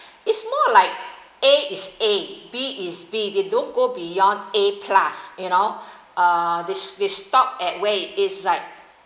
it's more like a is a b is b they don't go beyond a plus you know uh they they stop at where it is like